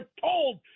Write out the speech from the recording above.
told